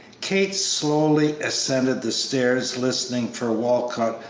kate slowly ascended the stairs, listening for walcott,